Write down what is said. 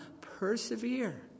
persevere